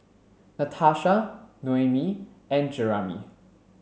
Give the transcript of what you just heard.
Natasha Noemi and Jeramie